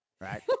right